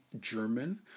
German